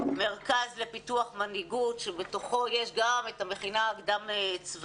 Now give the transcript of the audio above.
"מרכז לפיתוח מנהיגות" שבתוכו יש גם את המכינה הקדם-צבאית